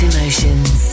Emotions